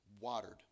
watered